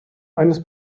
eines